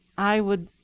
i would